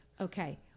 okay